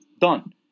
Done